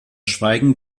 schweigen